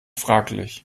fraglich